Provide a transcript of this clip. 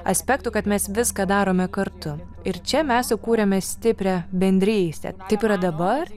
aspektų kad mes viską darome kartu ir čia mes sukūrėme stiprią bendrystę taip yra dabar